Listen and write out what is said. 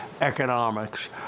economics